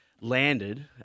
landed